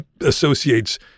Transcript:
associates